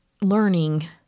learning